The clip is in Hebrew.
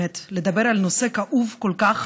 לדבר על נושא כאוב כל כך